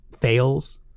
fails